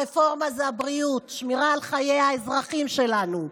הרפורמה זה הבריאות, שמירה על חיי האזרחים שלנו.